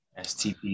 STP